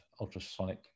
ultrasonic